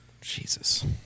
Jesus